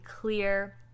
clear